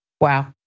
Wow